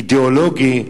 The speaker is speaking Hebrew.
אידיאולוגי,